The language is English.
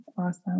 Awesome